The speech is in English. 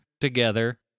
together